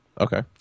Okay